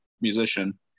musician